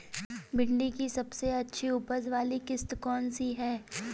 भिंडी की सबसे अच्छी उपज वाली किश्त कौन सी है?